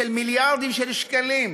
מיליארדים של שקלים,